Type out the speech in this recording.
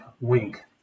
wink